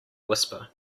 whisper